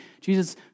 Jesus